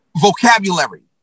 vocabulary